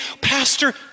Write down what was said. pastor